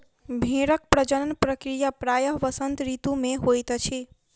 भेड़क प्रजनन प्रक्रिया प्रायः वसंत ऋतू मे होइत अछि